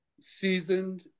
seasoned